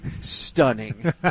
stunning